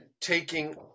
taking